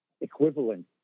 equivalent